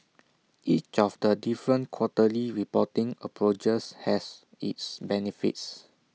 each of the different quarterly reporting approaches has its benefits